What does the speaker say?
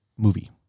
movie